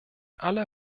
alle